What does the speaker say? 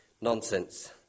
nonsense